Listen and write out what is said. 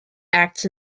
acts